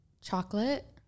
Chocolate